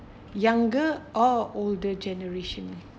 younger or older generation